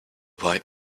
pipe